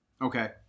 Okay